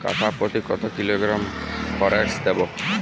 কাঠাপ্রতি কত কিলোগ্রাম ফরেক্স দেবো?